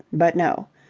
but no.